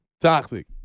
toxic